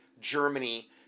Germany